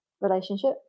relationship